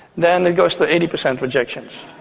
then it goes to eighty percent rejections.